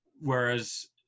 Whereas